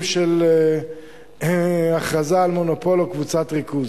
של הכרזה על מונופול או קבוצת ריכוז,